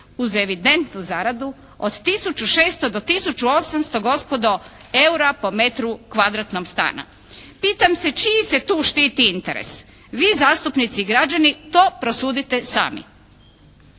uz evidentnu zaradu od tisuću i 600 do tisuću i 800 gospodo eura po metru kvadratnom stana. Pitam se čiji se tu štiti interes? Vi zastupnici i građani to prosudite sami.